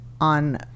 on